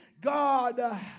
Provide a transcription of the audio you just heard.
God